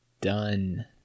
done